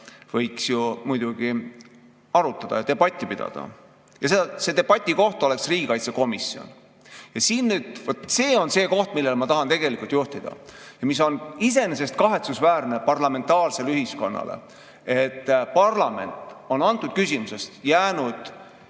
võiks muidugi arutada ja debatti pidada ja see debati koht oleks riigikaitsekomisjon. Ja vaat siin on nüüd see koht, millele ma tahan tegelikult tähelepanu juhtida ja mis on iseenesest kahetsusväärne parlamentaarses ühiskonnas: nimelt et parlament on antud küsimuses jäänud